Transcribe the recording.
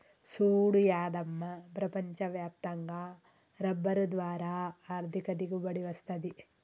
సూడు యాదమ్మ ప్రపంచ వ్యాప్తంగా రబ్బరు ద్వారా ఆర్ధిక దిగుబడి వస్తది